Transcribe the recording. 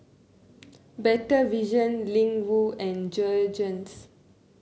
Better Vision Ling Wu and Jergens